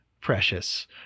precious